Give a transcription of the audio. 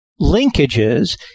linkages